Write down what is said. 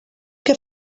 que